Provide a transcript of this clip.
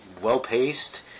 well-paced